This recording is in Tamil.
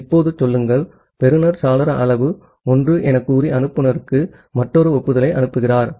இப்போது சொல்லுங்கள் பெறுநர் சாளர அளவு 1 என்று கூறி அனுப்புநருக்கு மற்றொரு ஒப்புதலை அனுப்புகிறார்